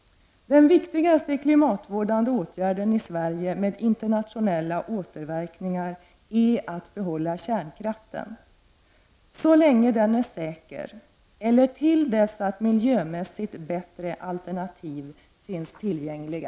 Den viktigaste klimatvårdande åtgärden i Sverie med internationella återverkningar är att behålla kärnkraften så länge den är säker eller till dess att miljömässigt bättre alternativ finns tillgängliga.